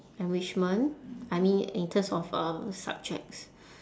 enrichment I mean in terms of um subjects